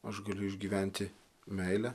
aš galiu išgyventi meilę